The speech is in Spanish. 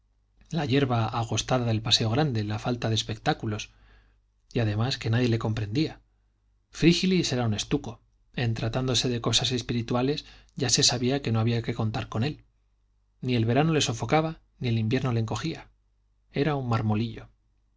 la yerba agostada del paseo grande la falta de espectáculos y además que nadie le comprendía frígilis era un estuco en tratándose de cosas espirituales ya se sabía que no había que contar con él ni el verano le sofocaba ni el invierno le encogía era un marmolillo